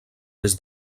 des